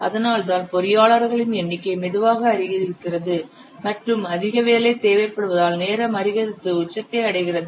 அதனால்தான் பொறியாளர்களின் எண்ணிக்கை மெதுவாக அதிகரிக்கிறது மற்றும் அதிக வேலை தேவைப்படுவதால் நேரம் அதிகரித்து உச்சத்தை அடைகிறது